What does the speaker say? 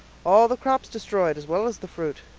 all the crops destroyed as well as the fruit.